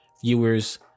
viewers